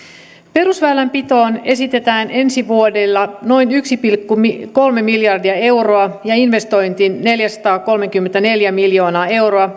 perusväylänpitoon esitetään ensi vuodelle noin yksi pilkku kolme miljardia euroa ja investointeihin neljäsataakolmekymmentäneljä miljoonaa euroa